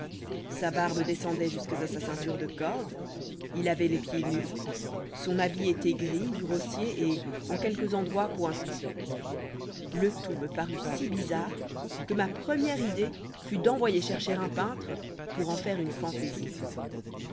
sa barbe descendoit jusques à sa ceinture de corde il avoit les pieds nus son habit étoit gris grossier et en quelques endroits pointu le tout me parut si bizarre que ma première idée fut d'envoyer chercher un peintre pour en faire une fantaisie